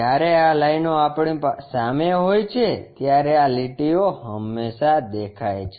જ્યારે આ લાઇનો આપણી સામે હોય છે ત્યારે આ લીટીઓ હંમેશાં દેખાય છે